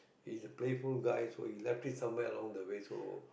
he's a playful guy so he left it somewhere along the way so